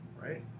right